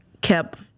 kept